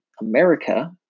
America